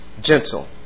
Gentle